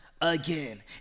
again